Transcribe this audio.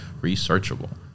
researchable